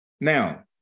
Now